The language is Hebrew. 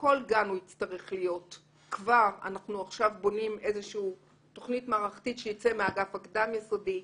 אנחנו עכשיו בונים איזושהי תוכנית מערכתית שתצא מאגף הקדם יסודי.